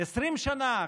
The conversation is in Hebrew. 20 שנה?